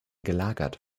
gelagert